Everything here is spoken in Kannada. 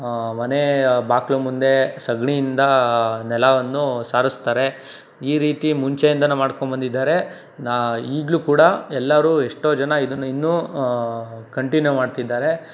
ಮನೆ ಬಾಗಿಲ ಮುಂದೆ ಸಗಣಿಯಿಂದ ನೆಲವನ್ನು ಸಾರಿಸ್ತಾರೆ ಈ ರೀತಿ ಮುಂಚೆಯಿಂದಲೂ ಮಾಡ್ಕೊಂಡ್ಬದಿದ್ದಾರೆ ಈಗಲೂ ಕೂಡ ಎಲ್ಲರೂ ಎಷ್ಟೋ ಜನ ಇದನ್ನು ಇನ್ನೂ ಕಂಟಿನ್ಯೂ ಮಾಡ್ತಿದ್ದಾರೆ